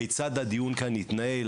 כיצד הדיון כאן יתנהל?